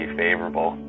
favorable